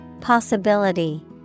Possibility